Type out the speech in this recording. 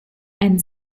einen